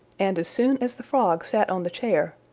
and as soon as the frog sat on the chair,